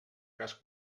cas